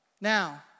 Now